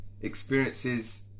experiences